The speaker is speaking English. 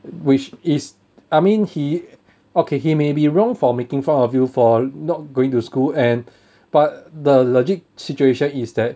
which is I mean he okay he may be wrong for making fun of you for not going to school and but the legit situation is that